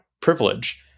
privilege